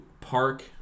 park